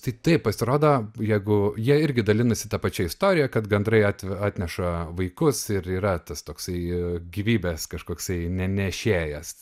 tai taip pasirodo jeigu jie irgi dalinasi ta pačia istorija kad gandrai atva atneša vaikus ir yra tas toksai gyvybės kažkoksai ne nešėjas